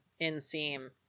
inseam